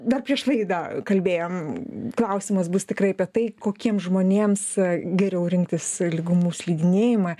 dar prieš laidą kalbėjom klausimas bus tikrai apie tai kokiem žmonėms geriau rinktis lygumų slidinėjimą